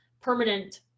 permanent